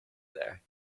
there